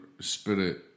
spirit